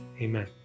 Amen